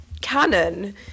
canon